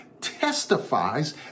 testifies